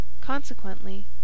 Consequently